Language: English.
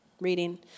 reading